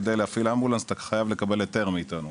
כתוב שכדי להפעיל אמבולנס אתה חייב לקבל היתר מאיתנו.